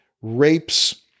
Rapes